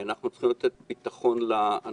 אנחנו צריכים לתת ביטחון לאנשים.